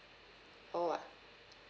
oh I